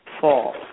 fall